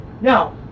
Now